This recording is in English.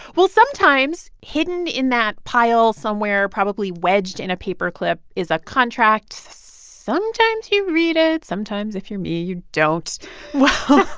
well, sometimes, hidden in that pile somewhere probably wedged in a paperclip is a contract. sometimes, you read it. sometimes, if you're me, you don't well,